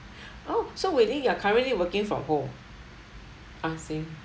oh so wei ling you are currently working from home I see